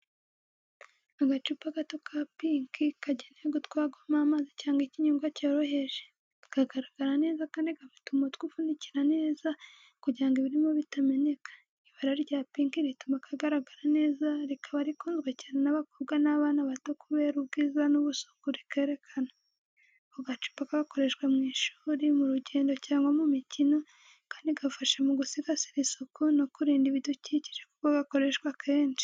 Agacupa gato ka pink kagenewe gutwarwamo amazi cyangwa ikinyobwa cyoroheje. Kagaragara neza kandi gafite umutwe ufunikira neza kugira ngo ibirimo bitameneka. Ibara rya pink rituma kagaragara neza, rikaba rikunzwe cyane n’abakobwa n’abana bato kubera ubwiza n’ubusuku rikerekana. Ako gacupa gakoreshwa mu ishuri, mu rugendo cyangwa mu mikino, kandi gafasha mu gusigasira isuku no kurinda ibidukikije kuko gakoreshwa kenshi.